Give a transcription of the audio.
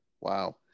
Wow